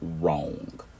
wrong